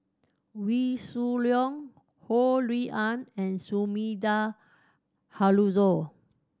Wee Shoo Leong Ho Rui An and Sumida Haruzo